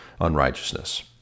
unrighteousness